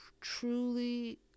truly